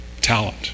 talent